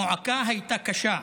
המועקה הייתה קשה.